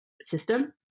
system